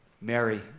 Mary